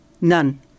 None